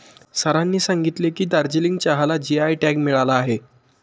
सरांनी सांगितले की, दार्जिलिंग चहाला जी.आय टॅग मिळाला आहे